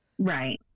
Right